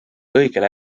õigel